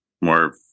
more